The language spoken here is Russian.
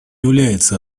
является